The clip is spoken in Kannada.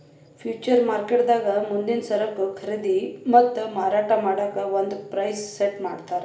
ಫ್ಯೂಚರ್ ಮಾರ್ಕೆಟ್ದಾಗ್ ಮುಂದಿನ್ ಸರಕು ಖರೀದಿ ಮತ್ತ್ ಮಾರಾಟ್ ಮಾಡಕ್ಕ್ ಒಂದ್ ಪ್ರೈಸ್ ಸೆಟ್ ಮಾಡ್ತರ್